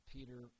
Peter